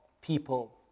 people